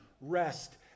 rest